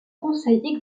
conseil